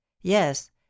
Yes